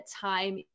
time